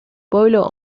pueblo